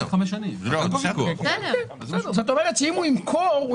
זאת אומרת שאם הוא ימכור,